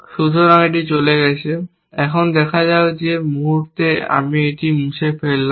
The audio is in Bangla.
সুতরাং এটি চলে গেছে এখন দেখা যাক যে মুহুর্তে আমি এটি মুছে ফেললাম